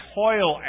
toil